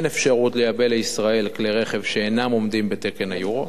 אין אפשרות לייבא לישראל כלי-רכב שאינם עומדים בתקן היורו.